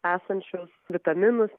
esančius vitaminus